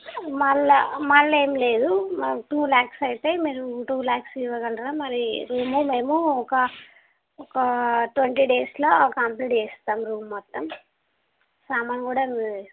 మళ్ళీ మళ్ళీ ఏమి లేదు టూ లాక్స్ అవుతాయి మీరు టూ లాక్స్ ఇవ్వగలరా మరి రూము మేము ఒక ఒక ఒకా ట్వంటీ డేస్లా కంప్లీట్ చేస్తాం రూమ్ మొత్తం సామాను కూడా మేమే తెచ్చుకుంటాం